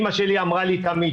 אמא שלי אמרה לי תמיד,